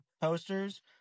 posters